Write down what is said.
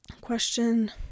question